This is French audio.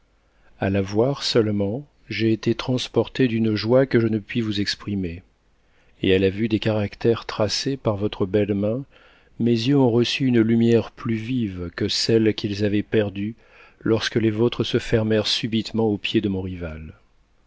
a la voir seulement j'ai été transporté d'une joie que je ne puis vous exprimer et à la vue des caractères tracés par votre belle main mes yeux ont reçu une lumière plus vive que celle qu'ils avaient perdue lorsque les vôtres se fermèrent subitement aux pieds de mon rival